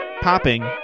popping